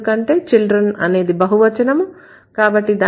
ఎందుకంటే Children అనేది బహువచనము కాబట్టి